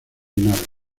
nave